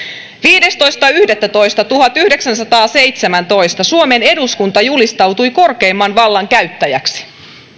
viidestoista yhdettätoista tuhatyhdeksänsataaseitsemäntoista suomen eduskunta julistautui korkeimman vallan käyttäjäksi